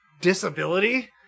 disability